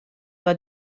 war